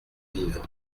vivre